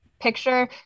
Picture